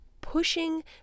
Pushing